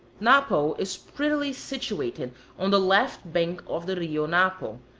napo is prettily situated on the left bank of the rio napo,